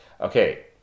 Okay